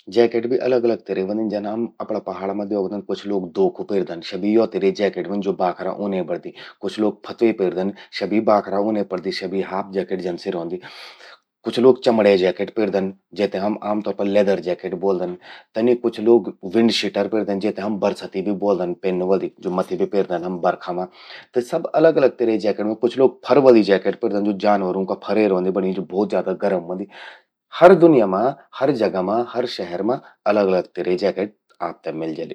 जैकेट भि अलग अलग तिरे व्हंदिन। जन हम अपड़ा पहाड़ मां द्योखदन कुछ लोग दोखु पेरदन। स्या भी यो चिरे जैकेट व्हंदि, ज्वो बाखरा ऊने बणदि। कुछ लोग फत्वे पेरदन। स्या भी बाखरा ऊने बणदि। स्या भी हाफ जैकेट रौंदि। कुछ लोग चमड़े जैकेट पेरदन, जेते हम आम तौर पर लेदर जैकेट ब्वोलदन। तन्नि कुछ लोग विंडशिटर पेरदन, जेते हम बरसति भी ब्वोदन पेन्न वलि, ज्वो मथि बे पेरदन हम बरखा मां। त सब अलग अलग तिरे जैकेट व्हंदिन। कुछ लोग फर वलि जैकेट पेरदन, ज्वो जानवरूं का फरे रौंदि। हर दुन्या मां, हर जगा मां, हर शहर मां अलग अलग तिरे जैकेट आपते मिल जलि।